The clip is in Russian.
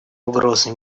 угрозы